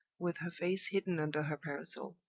with her face hidden under her parasol.